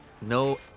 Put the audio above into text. no